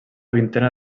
vintena